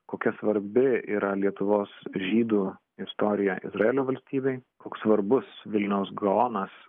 kokia svarbi yra lietuvos žydų istorija izraelio valstybei koks svarbus vilniaus gaonas